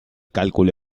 cálculo